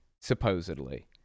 supposedly